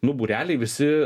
nu būreliai visi